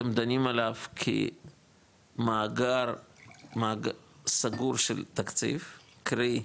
אתם דנים עליו, כמאגר סגור של תקציב, קרי,